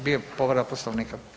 Bio je povreda Poslovnika.